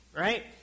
Right